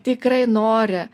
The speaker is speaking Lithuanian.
tikrai nori